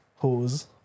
Hose